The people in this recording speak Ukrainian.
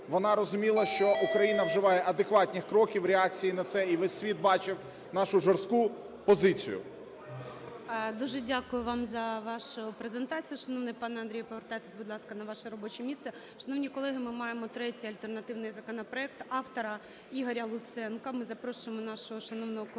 вона розуміла, що України вживає адекватних кроків, реакції на це, і весь світ бачив нашу жорстку позицію. ГОЛОВУЮЧИЙ. Дуже дякую вам за вашу презентацію, шановний пане Андрію. Повертайтесь, будь ласка, на ваше робоче місце. Шановні колеги, ми маємо третій, альтернативний законопроект, автора Ігоря Луценка. Ми запрошуємо нашого шановного колегу